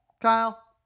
Kyle